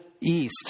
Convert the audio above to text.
East